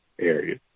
area